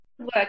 work